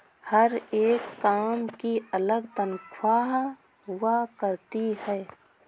हर एक काम की अलग तन्ख्वाह हुआ करती है